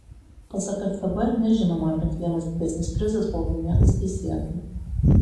pasak ftb nežinoma ar bent vienas didesnis prizas buvo laimėtas teisėtai